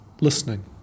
listening